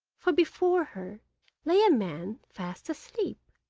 for before her lay a man fast asleep!